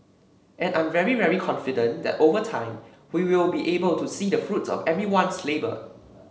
and I'm very very confident that over time we will be able to see the fruits of everyone's labour